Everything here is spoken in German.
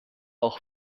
auch